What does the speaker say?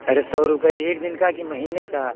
अच्छा सौ रुपये एक दिन का कि महीने का